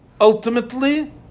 ultimately